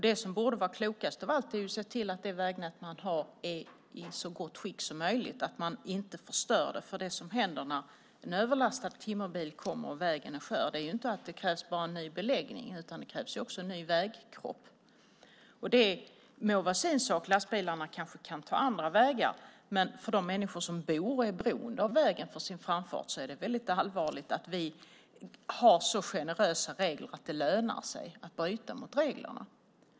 Det som borde vara klokast av allt är att se till att det vägnät man har är i så gott skick som möjligt, att man inte förstör det. Det som händer när en överlastad timmerbil kommer och vägen är skör innebär ju inte bara att det krävs ny beläggning, utan det krävs också en ny vägkropp. Det må vara en sak. Lastbilarna kanske kan ta andra vägar. Men för de människor som bor här och är beroende av vägen för sin framfart är det väldigt allvarligt att vi har så generösa regler att det lönar sig att bryta mot reglerna.